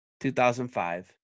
2005